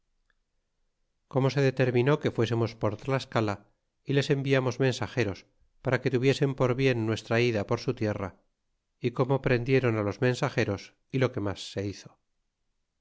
como se determinó que fuésemos por tlascala y les enviamos mensageros para que tuvieseis por bien nuestra ida por su tierra y como prendidron á los mensageros y lo que mas se hizo